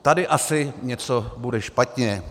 Tady asi něco bude špatně.